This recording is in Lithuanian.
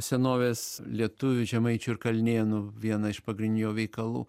senovės lietuvių žemaičių ir kalnėnų vieną iš pagrindinių jo veikalų